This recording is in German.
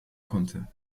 konnte